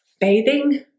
bathing